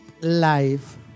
life